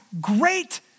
great